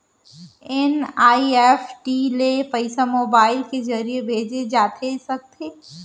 NEFT ले पइसा mobile के ज़रिए भेजे जाथे सकथे?